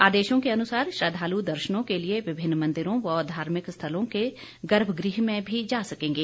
आदेशों के अनुसार श्रद्वालु दर्शनों के लिए विभिन्न मंदिरों व धार्मिक स्थलों के गर्भ गृह में भी जा सकेंगे